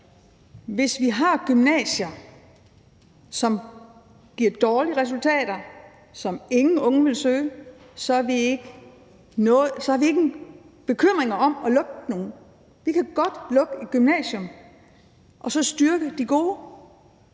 Hvis vi har gymnasier, som giver dårlige resultater, og som ingen unge vil søge, så har vi ingen bekymringer ved at lukke nogen. Vi kan godt lukke et gymnasium og så styrke de gode